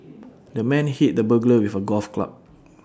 the man hit the burglar with A golf club